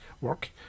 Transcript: work